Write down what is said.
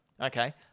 Okay